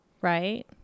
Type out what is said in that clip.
Right